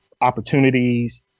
opportunities